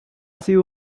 sido